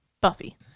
Buffy